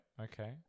Okay